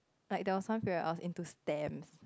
like there was some period I was into stamps